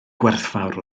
gwerthfawr